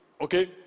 Okay